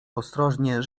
ostrożnie